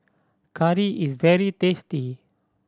curry is very tasty